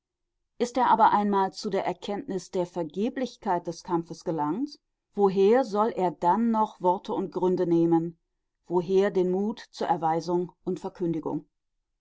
ist er aber einmal zu der erkenntnis der vergeblichkeit des kampfes gelangt woher soll er dann noch worte und gründe nehmen woher den mut zur erweisung und verkündigung